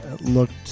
looked